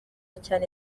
cyane